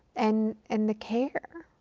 and and the care.